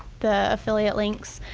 the affiliate links.